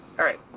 alright,